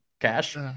Cash